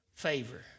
favor